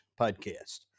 podcast